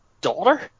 daughter